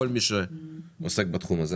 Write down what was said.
כל מי שעוסק בתחום הזה,